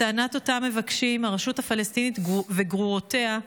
לטענת אותם מבקשים הרשות הפלסטינית, וגרורותיה,